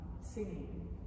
singing